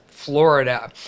Florida